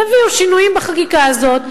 תביאו שינויים בחקיקה הזאת,